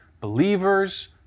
believers